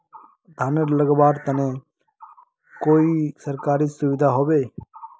धानेर लगवार तने कोई सरकारी सुविधा होबे?